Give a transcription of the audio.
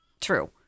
true